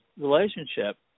relationship